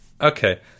Okay